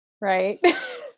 Right